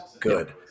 good